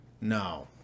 no